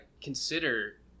consider